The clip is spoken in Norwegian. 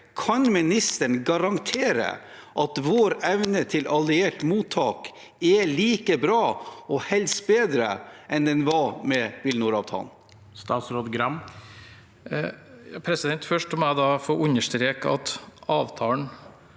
Kan ministeren garantere at vår evne til alliert mottak er like bra – og helst bedre – enn den var med WilNor-avtalen? Statsråd Bjørn Arild Gram Først må jeg få understreke at avtalen